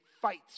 fights